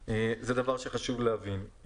אחת, וזה דבר שחשוב להבין.